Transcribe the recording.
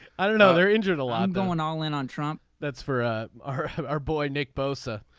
i don't know. they're internal. i'm going all in on trump. that's for our our boy nick bowser.